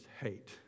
hate